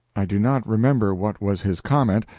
i do not remember what was his comment,